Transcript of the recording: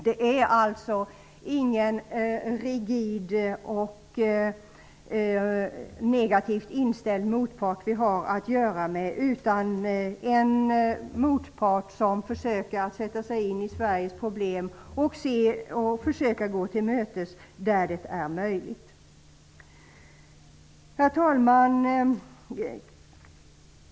Det är ju ingen rigid och negativt inställd motpart som vi har att göra med, utan det är en motpart som försöker att sätta sig in i Sveriges problem och försöker att gå till mötes där det är möjligt. Herr talman!